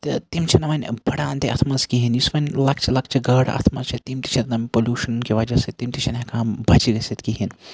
تہٕ تِم چھِ نہٕ وۄنۍ بَڑان تہِ اتھ مَنٛز کِہیٖنۍ یُس وۄنۍ لۄکچہٕ لۄکچہٕ گاڈٕ اتھ مَنٛز چھِ تِم تہِ چھَنہٕ پُلیوٗشَن کہِ وَجہ سۭتۍ تِم تہِ چھَنہٕ ہیٚکان بَجہِ گٔژھِتھ کِہیٖنۍ